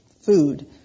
food